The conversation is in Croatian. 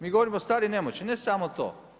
Mi govorimo stari i nemoćni, ne samo to.